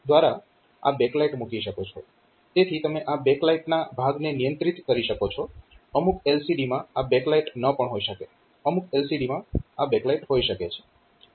તેથી તમે આ બેક લાઈટના ભાગને નિયંત્રિત કરી શકો છો અમુક LCD માં આ બેક લાઈટ ન પણ હોઈ શકે અમુક LCD માં આ બેક લાઈટ હોઈ શકે છે